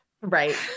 right